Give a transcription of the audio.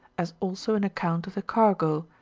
as also an account of the cargo,